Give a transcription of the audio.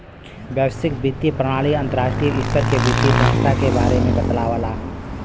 वैश्विक वित्तीय प्रणाली अंतर्राष्ट्रीय स्तर के वित्तीय संस्थान के बारे में बतावला